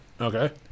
Okay